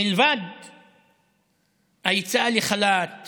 מלבד היציאה לחל"ת